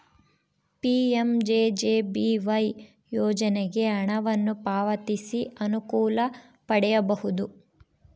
PMJJBY ಯೋಜನೆಗೆ ಹಣವನ್ನು ಪಾವತಿಸಿ ಅನುಕೂಲ ಪಡೆಯಬಹುದು